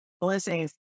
Blessings